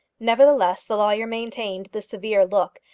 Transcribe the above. nevertheless, the lawyer maintained the severe look,